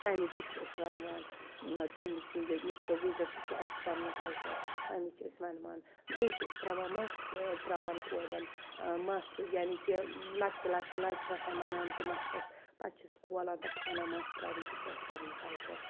تمہِ وِز تہِ چھِ أسۍ وَنوان تمہِ سٕنٛدِ نِکہو وِزِ سُہ چھُ اَسہِ پَنُن کَلچَر تمہِ وِز چھِ أسۍ وَنوان بیٚیہِ چھِ أسۍ تراوان مَس تراوان کوریٚن مَس یعنے کہِ لۄکچہِ لۄکچہِ لَچہِ چھِ آسان بَنایمژٕ مَستَس پَتہٕ چھِ سُہ کھولان تتھ چھِ وَنان مَس تراوُن سُہ چھُ اَسہِ پَنُن کَلچَر